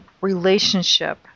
relationship